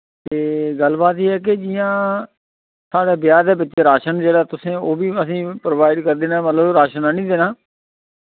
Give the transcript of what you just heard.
ते गल्ल बात एह् ऐ के जि'यां साढ़े ब्याह् दे बिच राशन जेह्ड़ा तुसैं ओहबी असें प्रोवाइड करी देना मतलब राशन आह्नी देना